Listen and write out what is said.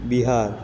Bihar